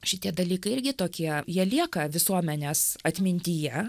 šitie dalykai irgi tokie jie lieka visuomenės atmintyje